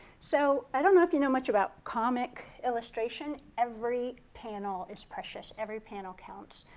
so i don't know if you know much about comic illustration. every panel is precious. every panel counts.